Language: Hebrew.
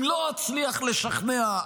אם לא אצליח לשכנע,